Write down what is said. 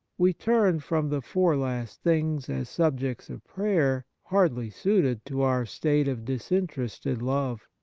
we turn from the four last things as subjects of prayer hardly suited to our state of disinterested love.